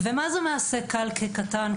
ומה זה מעשה קל כקטן,